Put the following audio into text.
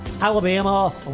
alabama